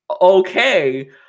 okay